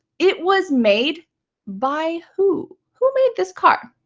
it was made by who? who made this car?